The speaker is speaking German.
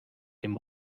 dem